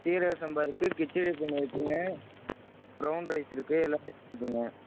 சீரக சம்பா இருக்கு கிச்சடி பொன்னி இருக்குங்க ப்ரௌன் ரைஸ் இருக்கு எல்லா ரைஸும் இருக்குங்க